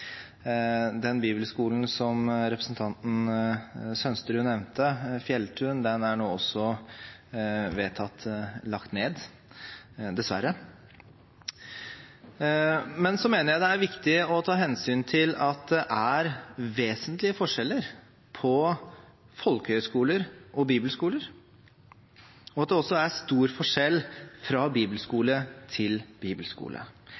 Den bibelskolen som representanten Sønsterud nevnte, Fjelltun, er nå vedtatt lagt ned – dessverre. Så mener jeg det er viktig å ta hensyn til at det er vesentlige forskjeller på folkehøyskoler og bibelskoler, og at det også er stor forskjell fra bibelskole